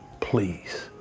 please